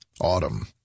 Autumn